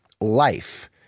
life